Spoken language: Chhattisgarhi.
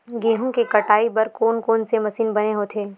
गेहूं के कटाई बर कोन कोन से मशीन बने होथे?